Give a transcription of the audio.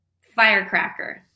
firecracker